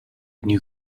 new